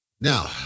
Now